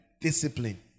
Discipline